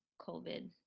covid